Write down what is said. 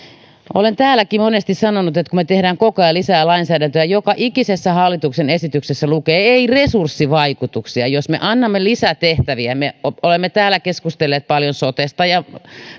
olen täälläkin monesti sanonut että kun me teemme koko ajan lisää lainsäädäntöä ja joka ikisessä hallituksen esityksessä lukee ei resurssivaikutuksia ja jos me annamme lisätehtäviä me olemme täällä keskustelleet paljon sotesta ja